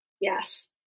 Yes